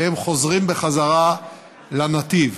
והם חוזרים בחזרה לנתיב.